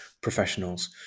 professionals